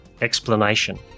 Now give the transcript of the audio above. explanation